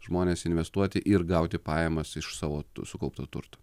žmones investuoti ir gauti pajamas iš savo sukaupto turto